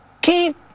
Keep